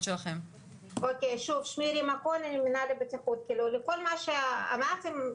כל מה שאמרתם,